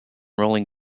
rolling